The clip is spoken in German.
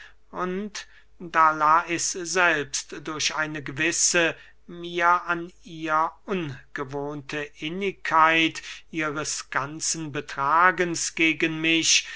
und da lais selbst durch eine gewisse mir an ihr ungewohnte innigkeit ihres ganzen betragens gegen mich